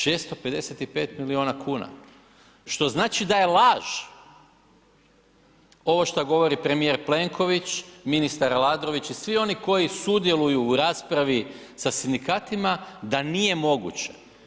655 milijuna kuna, što znači da je laž ovo šta govori premijer Plenković, ministar Aladrović i svi oni koji sudjeluju u raspravi sa sindikatima da nije moguće.